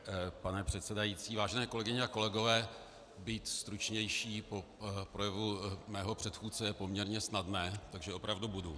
Vážený pane předsedající, kolegyně, kolegové, být stručnější po projevu mého předchůdce je poměrně snadné, takže opravdu budu.